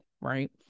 right